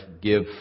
give